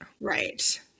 right